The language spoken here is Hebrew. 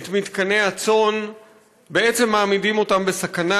את מתקני הצאן בעצם מעמידים אותם בסכנה,